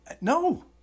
No